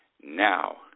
Now